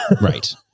Right